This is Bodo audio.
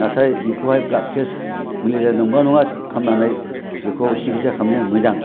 नाथाय बिखौहाय ब्लाड टेस्ट मेलेरिया नंगौना नङा खालामनानै बेखौ सिखिदसा खालामनाया मोजां